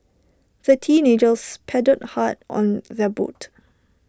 the teenagers paddled hard on their boat